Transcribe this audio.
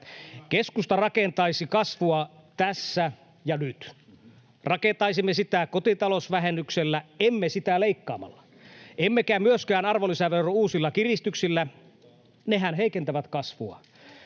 Keskusta rakentaisi kasvua tässä ja nyt. Rakentaisimme sitä kotitalousvähennyksellä, emme siitä leikkaamalla emmekä myöskään arvonlisäveron uusilla kiristyksillä. Nehän heikentävät kasvua.